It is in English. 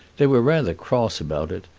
they were rather cross about it,